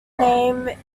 name